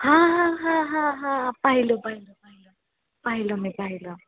हां हां हां हां हां पाहिलं पाहिलं पाहिलं पाहिलं मी पाहिलं